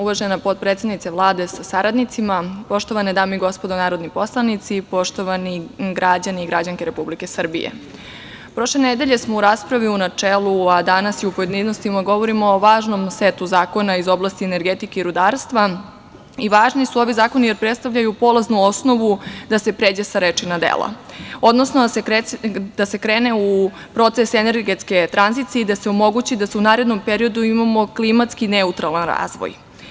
Uvažena potpredsednice Vlade sa saradnicima, poštovane dame i gospodo narodni poslanici, poštovani građani i građanke Republike Srbije, prošle nedelje smo u raspravi u načelu, a danas i u pojedinostima govorimo o važnom setu zakona iz oblasti energetike i rudarstva i važni su ovi zakoni jer predstavljaju polaznu osnovu da se pređe sa reči na dela, odnosno da se krene u proces energetske tranzicije i da se omogući da u narednom periodu imamo klimatski neutralan razvoj.